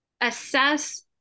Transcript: assess